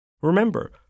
Remember